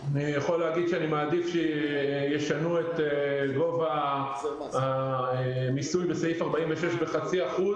אני יכול להגיד שאני מעדיף שישנו את גובה המיסוי בסעיף 46 בחצי אחוז,